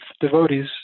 devotees